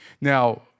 Now